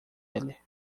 ele